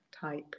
type